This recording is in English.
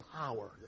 power